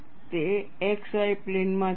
તે x y પ્લેનમાં જ છે